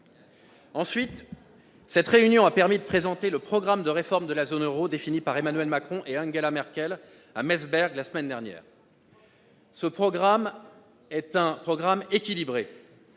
Ensuite, cette réunion a permis de présenter le programme de réforme de la zone euro, défini par Emmanuel Macron et Angela Merkel à Meseberg, la semaine dernière. Ce projet est équilibré